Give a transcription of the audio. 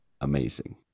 amazing